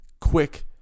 quick